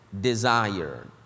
desire